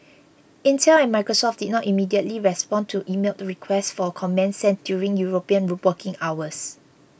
Intel and Microsoft did not immediately respond to emailed requests for comment sent during European working hours